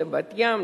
לבת-ים,